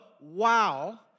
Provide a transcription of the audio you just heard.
wow